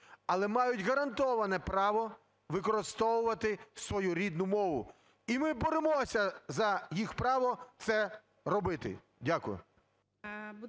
але мають гарантоване право використовувати свою рідну мову. І ми боремося за їх право це робити. Дякую.